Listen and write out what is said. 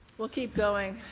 we'll, keep going.